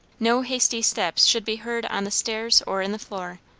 no hasty steps should be heard on the stairs or in the floor.